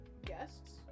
guests